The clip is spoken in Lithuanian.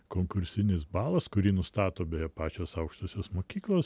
konkursinis balas kurį nustato beje pačios aukštosios mokyklos